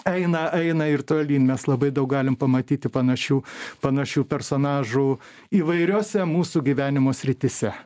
eina eina ir tolyn mes labai daug galim pamatyti panašių panašių personažų įvairiose mūsų gyvenimo srityse